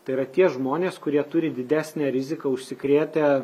tai yra tie žmonės kurie turi didesnę riziką užsikrėtę